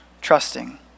trusting